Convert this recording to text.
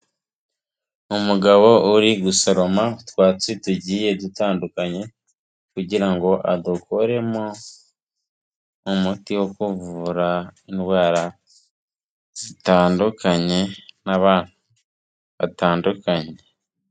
Umugabo uri gusoroma utwatsi tugiye dutandukanye kugira ngo adukoremo umuti wo kuvura indwara zitandukanye n'abantu batandukanye.